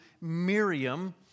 Miriam